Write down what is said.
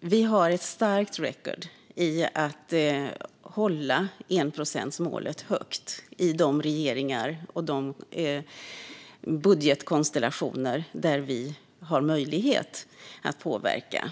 Vi har ett starkt record när det gäller att hålla enprocentsmålet högt i de regeringar och budgetkonstellationer där vi har haft möjlighet att påverka.